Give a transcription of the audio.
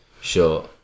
Sure